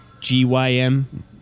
G-Y-M